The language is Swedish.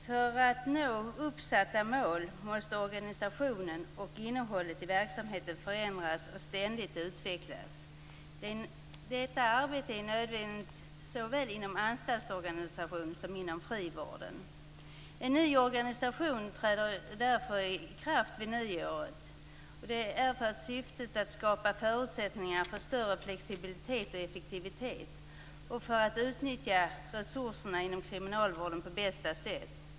För att nå uppsatta mål måste organisationen och innehållet i verksamheten förändras och ständigt utvecklas. Detta arbete är nödvändigt såväl inom anstaltsorganisationen som inom frivården. En ny organisation träder därför i kraft vid nyåret. Syftet är att skapa förutsättningar för större flexibilitet och effektivitet och att utnyttja resurserna inom kriminalvården på bästa sätt.